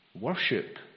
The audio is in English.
worship